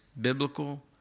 biblical